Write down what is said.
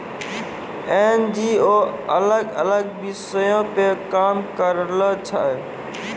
NGO अलग अलग विषयो पे काम करै छै